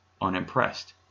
unimpressed